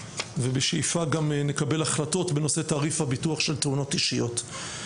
בשאיפה שגם נקבל החלטות בנושא תעריף הביטוח של תאונות אישיות.